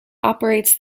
operates